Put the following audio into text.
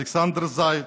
אלכסנדר זייד,